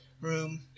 room